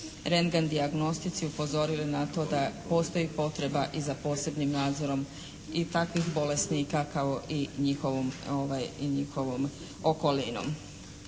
dijagnostici upozorili na to da postoji potreba i za posebnim nadzorom i takvih bolesnika kao i njihovom okolinom.